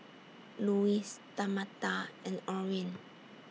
Luis Tamatha and Orin